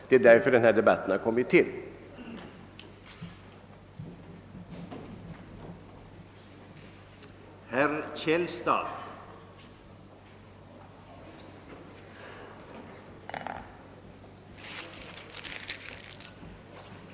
Det är också därför denna debatt har kommit till stånd.